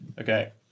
Okay